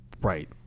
Right